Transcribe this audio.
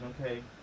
Okay